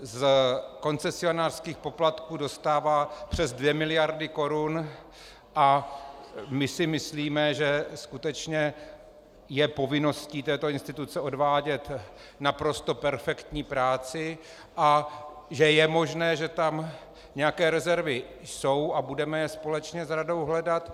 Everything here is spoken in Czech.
Z koncesionářských poplatků dostává přes 2 mld. korun a my si myslíme, že skutečně je povinností této instituce odvádět naprosto perfektní práci a že je možné, že tam nějaké rezervy jsou, a budeme je společně s radou hledat.